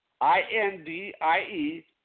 I-N-D-I-E